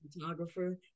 photographer